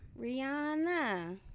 Rihanna